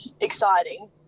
exciting